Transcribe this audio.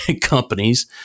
companies